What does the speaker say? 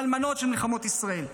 והאלמנות של מלחמות ישראל.